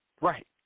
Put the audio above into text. Right